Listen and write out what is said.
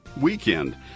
weekend